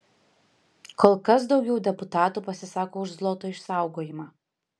kol kas daugiau deputatų pasisako už zloto išsaugojimą